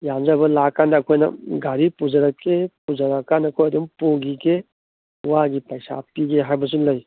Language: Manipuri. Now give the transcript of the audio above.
ꯌꯥꯟꯖꯕ ꯂꯥꯛꯑꯀꯥꯟꯗ ꯑꯩꯈꯣꯏꯅ ꯒꯥꯔꯤ ꯄꯨꯖꯔꯛꯀꯦ ꯄꯨꯖꯔꯛꯑꯀꯥꯟꯗ ꯑꯩꯈꯣꯏ ꯑꯗꯨꯝ ꯄꯨꯒꯤꯒꯦ ꯋꯥꯒꯤ ꯄꯩꯁꯥ ꯄꯤꯒꯦ ꯍꯥꯏꯕꯁꯨ ꯂꯩ